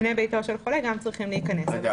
בני ביתו של חולה, גם הם צריכים להיכנס לבידוד.